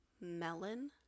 Melon